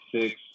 six